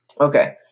Okay